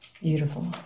Beautiful